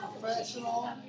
professional